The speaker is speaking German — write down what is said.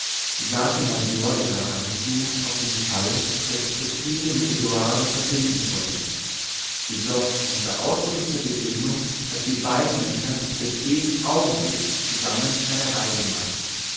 sie sagt dem major ihre hand zu auf den fall daß ottilie sich mit eduarden verbinden wolle jedoch unter ausdrücklicher bedingung daß die beiden männer für den augenblick zusammen eine reise machen